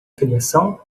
criação